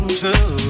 true